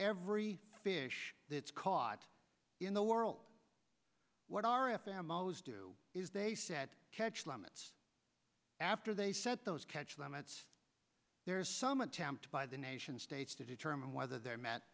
every fish that's caught in the world what our if ammos do is they set catch limits after they set those catch limits there is some attempt by the nation states to determine whether they're m